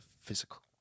physical